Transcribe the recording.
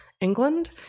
England